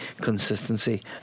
consistency